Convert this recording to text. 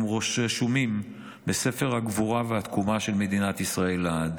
הם רשומים בספר הגבורה והתקומה של מדינת ישראל לעד.